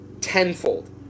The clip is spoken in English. tenfold